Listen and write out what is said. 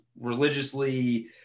religiously